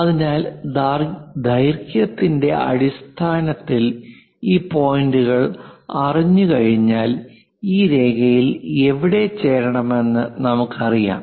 അതിനാൽ ദൈർഘ്യത്തിന്റെ അടിസ്ഥാനത്തിൽ ഈ പോയിന്റുകൾ അറിഞ്ഞുകഴിഞ്ഞാൽ ഈ രേഖയിൽ എവിടെ ചേരണമെന്ന് നമുക്കറിയാം